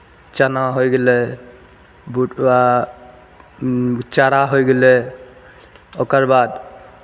चना होय गेलै बुटरा चारा होय गेलै ओकर बाद